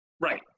Right